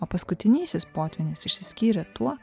o paskutinysis potvynis išsiskyrė tuo